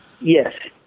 Yes